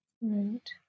Right